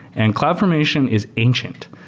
and cloud formation is ancient.